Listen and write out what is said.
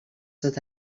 tot